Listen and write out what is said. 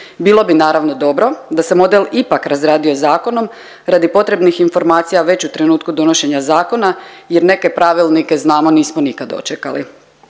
Bilo bi naravno dobro da se model ipak razradio zakonom radi potrebnih informacija već u trenutku donošenja zakona jer neke pravilnike znamo nismo nikad dočekali.